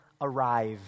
arrive